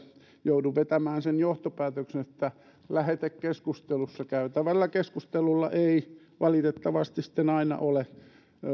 joudun vetämään sen johtopäätöksen että lähetekeskustelussa käytävällä keskustelulla ei valitettavasti aina ole